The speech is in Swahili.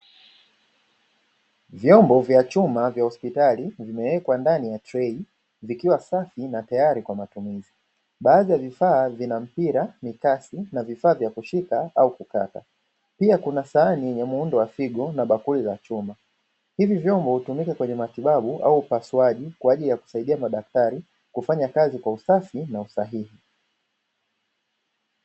Vyombo vya chuma vya hospitali vimewekwa ndani ya trei, vikiwa safi na tayari kwa matumizi. Baadhi ya vifaa vina mpira, mikasi na vifaa vya kushika au kukata; pia kuna sahani ya muundo wa figo na bakuli la chuma. Hivi vyombo hutumika kwenye matibabu au upasuaji kwa ajili ya kusaidia madktari kufanya kazi kwa usafi na usahihi.